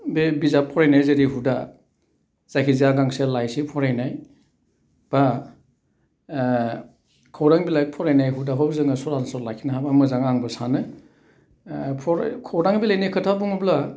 बे बिजाब फरायनाय जेरै हुदा जायखिजाया गांसे लाइसि फरायनाय बा खौरां बिलाइ फरायनाय हुदाखौ जोङो सलासल लाखिनो हाबा मोजां आंबो सानो फराय खौरां बिलाइनि खोथा बुङोब्ला